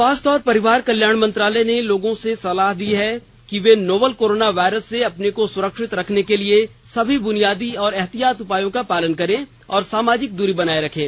स्वास्थ्य और परिवार कल्याण मंत्रालय ने लोगों को सलाह दी है कि वे नोवल कोरोना वायरस से अपने को स्रक्षित रखने के लिए सभी बुनियादी एहतियाती उपायों का पालन करें और सामाजिक दूरी बनाए रखें